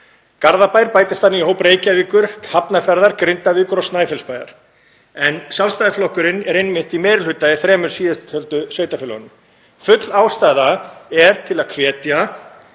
Garðabær bætist þannig í hóp Reykjavíkur, Hafnarfjarðar, Grindavíkur og Snæfellsbæjar, en Sjálfstæðisflokkurinn er einmitt í meiri hluta í þremur síðasttöldu sveitarfélögunum. Full ástæða er til að hvetja